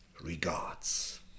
regards